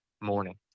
morning